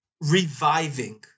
reviving